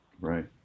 Right